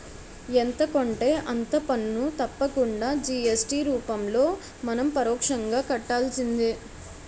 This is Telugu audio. ఎంత కొంటే అంత పన్ను తప్పకుండా జి.ఎస్.టి రూపంలో మనం పరోక్షంగా కట్టాల్సిందే